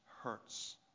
hurts